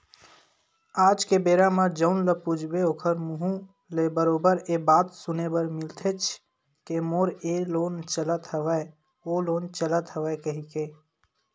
आज के बेरा म जउन ल पूछबे ओखर मुहूँ ले बरोबर ये बात सुने बर मिलथेचे के मोर ये लोन चलत हवय ओ लोन चलत हवय कहिके